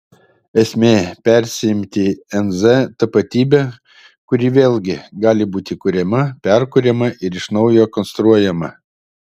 esmė persiimti nz tapatybe kuri vėlgi gali būti kuriama perkuriama ir iš naujo konstruojama